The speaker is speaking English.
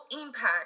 impact